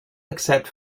except